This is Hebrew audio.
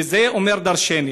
וזה אומר דורשני.